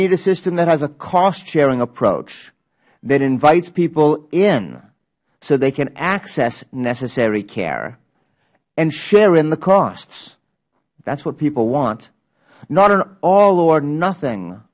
need a system that has a cost sharing approach that invites people in so they can access necessary care and share in the costs that is what people want not an all or nothing